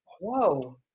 Whoa